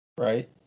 Right